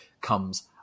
comes